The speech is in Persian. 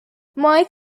مایک